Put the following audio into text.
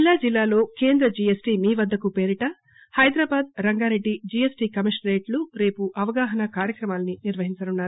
జిల్లా జిల్లాలో కేంద్ర జిఎస్టి మీ వద్దకు పేరిట హైదరాబాద్ రంగారెడ్డి జిఎస్టి కమిషనరేట్లు రేపు అవగాహన కార్యక్రమాలని నిర్వహించనున్నారు